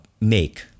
make